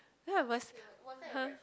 that was her